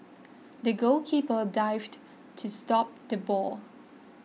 the goalkeeper dived to stop the ball